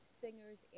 singers